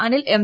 Anil M